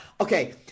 okay